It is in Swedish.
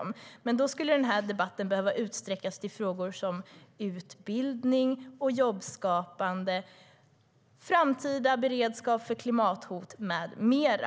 Men då behöver denna debatt utsträckas till frågor som utbildning, jobbskapande, framtida beredskap för klimathot med mera.